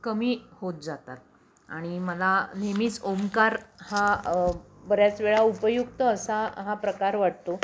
कमी होत जातात आणि मला नेहमीच ओमकार हा बऱ्याच वेळा उपयुक्त असा हा प्रकार वाटतो